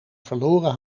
verloren